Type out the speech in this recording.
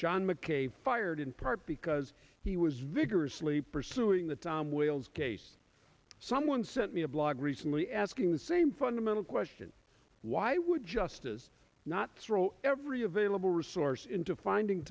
john mckay fired in part because he was vigorously pursuing the tom wales case someone sent me a blog recently asking the same fundamental question why would justice not throw every available resource into finding